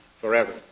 forever